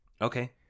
Okay